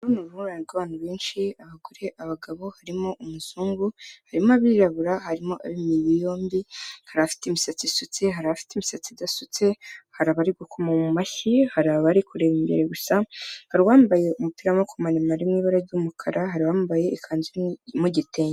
Abantu benshi abagore ,abagabo ,harimo umuzungu ,harimo abirabura ,hari ab'imibiri yombi hari afite imisatsi isutse harifite imisatsi idasutse ,hari abari gukoma mu mashyi ,hari abari kureba imbere gusa, hari bambaye umupira w'amaboko maremare urimo ibara ry'umukara hari bambaye ikanzu irimo igitenge.